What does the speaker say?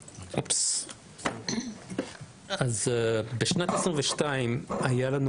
שכותרתו: הפרעות אכילה.) בשנת 2022 היה לנו